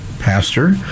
Pastor